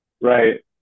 Right